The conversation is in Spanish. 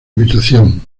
habitación